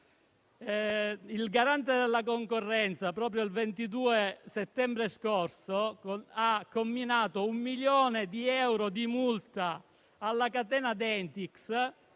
garante della concorrenza e del mercato, il 22 settembre scorso, ha comminato 1 milione di euro di multa alla catena di